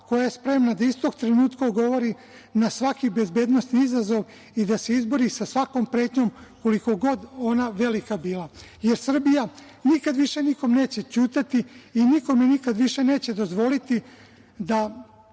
koja je spremna da istog trenutka odgovori na svaki bezbednosni izazov i da se izbori sa svakom pretnjom koliko god ona velika bila. Srbija nikad više nikom neće ćutati, nikome više nikada neće dozvoliti da